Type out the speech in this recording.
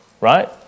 right